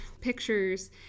pictures